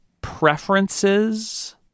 preferences